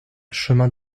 chemin